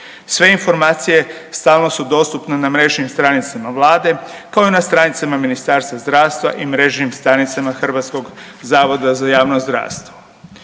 Sve informacije stalno su dostupne na mrežnim stranicama Vlade, kao i na stranicama Ministarstva zdravstva i mrežnim stranicama HZJZ-a. Izvor službenih podataka